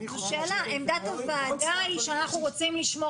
עמדת הוועדה היא שאנחנו רוצים לשמור